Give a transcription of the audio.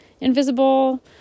invisible